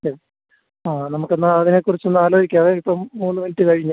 അതെ ആ നമുക്ക് എന്നാൽ അതിനെക്കുറിച്ച് ഒന്ന് ആലോചിക്കാവേ ഇപ്പം മൂന്ന് മിനിറ്റ് കഴിഞ്ഞ്